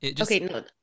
Okay